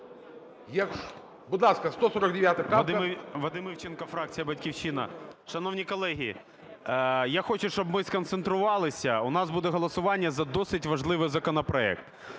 Вадим Івченко, фракція "Батьківщина". Шановні колеги, я хочу, щоб ми сконцентрувалися, у нас буде голосування за досить важливий законопроект.